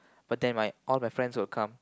but then right all my friends will come